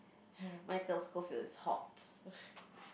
Michael-Scofield is hot